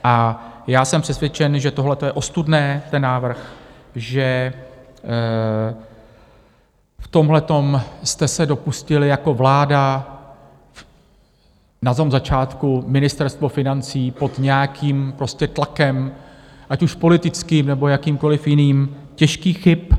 A já jsem přesvědčen, že tohleto je ostudné, ten návrh, že v tomhle jste se dopustili jako vláda, na začátku Ministerstvo financí, pod nějakým prostě tlakem, ať už politickým, nebo jakýmkoliv jiným, těžkých chyb.